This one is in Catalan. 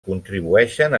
contribueixen